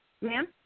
Ma'am